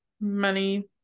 money